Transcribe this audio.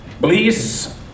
Please